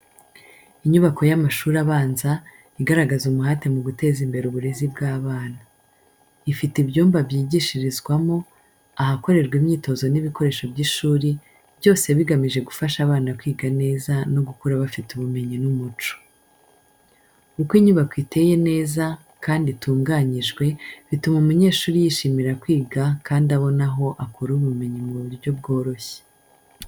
Inyubako y’amashuri abanza, igaragaza umuhate mu guteza imbere uburezi bw’abana. Ifite ibyumba byigishirizwamo, ahakorerwa imyitozo n’ibikoresho by’ishuri, byose bigamije gufasha abana kwiga neza no gukura bafite ubumenyi n’umuco. Uko inyubako iteye neza kandi itunganijwe, bituma umunyeshuri yishimira kwiga kandi abona aho akura ubumenyi mu buryo bworoshye.